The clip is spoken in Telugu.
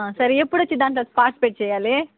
సరే ఎప్పుడు వచ్చి దాంట్లో పార్టిసిపేట్ చెయ్యాలి